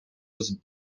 was